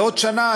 זה עוד שנה,